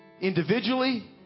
individually